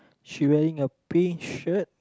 she wearing a pink shirt